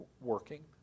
working